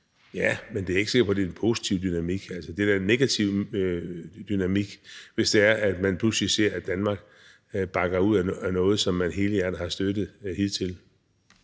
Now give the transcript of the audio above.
Ja, men jeg er ikke sikker på, at det er en positiv dynamik. Altså, det er da en negativ dynamik, hvis det er, at man pludselig ser, at Danmark bakker ud af noget, som man helhjertet har støttet hidtil.